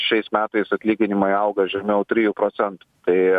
šiais metais atlyginimai auga žemiau trijų procentų tai